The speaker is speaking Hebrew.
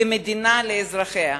כמדינה לאזרחיה.